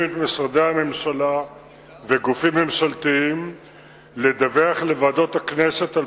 את משרדי הממשלה וגופים ממשלתיים לדווח לוועדות הכנסת על